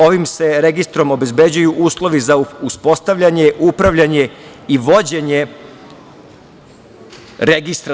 Ovim se registrom obezbeđuju uslovi za uspostavljanje, upravljanje i vođenje registra.